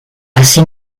así